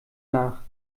nach